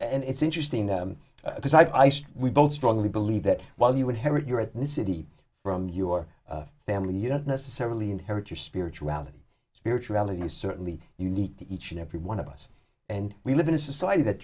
and it's interesting that because i say we both strongly believe that while you would have it your ethnicity from your family you don't necessarily inherit your spirituality spirituality is certainly unique to each and every one of us and we live in a society that